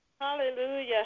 Hallelujah